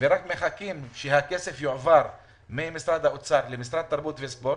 ועכשיו רק מחכים שהכסף יעבור ממשרד האוצר למשרד התרבות והספורט.